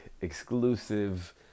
exclusive